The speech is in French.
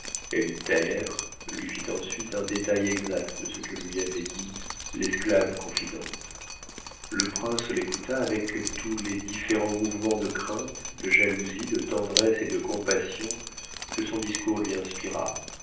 lui fit ensuite un détail exact de ce que lui avait dit l'esclave confidente le prince l'écouta avec tous les différents mouvements de crainte de jalousie de tendresse et de compassion que son discours lui inspira